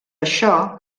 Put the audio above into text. això